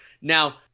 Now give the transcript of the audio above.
Now